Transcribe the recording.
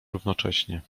równocześnie